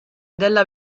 della